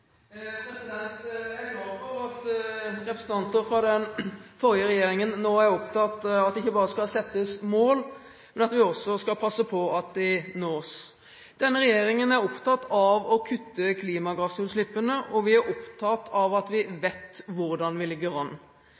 saken. Jeg er glad for at representanter fra den forrige regjeringen nå er opptatt av at det ikke bare skal settes mål, men at vi også skal passe på at de nås. Denne regjeringen er opptatt av å kutte klimagassutslippene, og vi er opptatt av at vi vet hvordan vi ligger an.